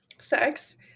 sex